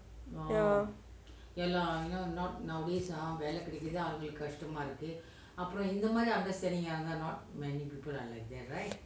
ya